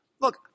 Look